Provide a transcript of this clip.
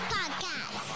Podcast